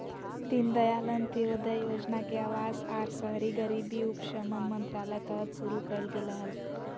दीनदयाल अंत्योदय योजना के अवास आर शहरी गरीबी उपशमन मंत्रालय तहत शुरू कइल गेलय हल